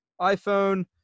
iPhone